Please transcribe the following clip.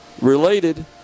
related